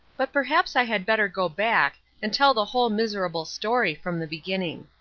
but perhaps i had better go back and tell the whole miserable story from the beginning.